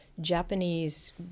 Japanese